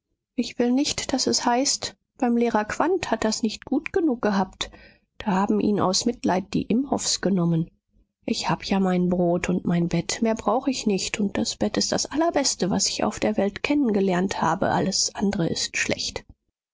ich will nicht daß es heißt beim lehrer quandt hat er's nicht gut genug gehabt da haben ihn aus mitleid die imhoffs genommen ich hab ja mein brot und mein bett mehr brauch ich nicht und das bett ist das allerbeste was ich auf der welt kennen gelernt habe alles andre ist schlecht